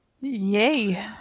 Yay